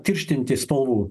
tirštinti spalvų